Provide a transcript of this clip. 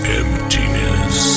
emptiness